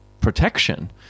protection